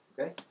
Okay